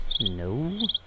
no